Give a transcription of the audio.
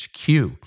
HQ